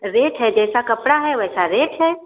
rate है जैसा कपड़ा है वैसा रेट है